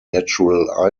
natural